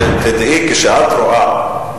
כשאת רואה,